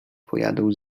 pojadą